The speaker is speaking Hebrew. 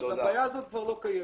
אז הבעיה הזאת כבר לא קיימת.